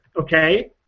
okay